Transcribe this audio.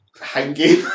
hanging